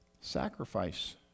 Sacrifice